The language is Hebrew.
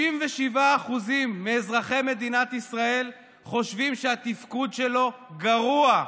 67% מאזרחי מדינת ישראל חושבים שהתפקוד שלו גרוע.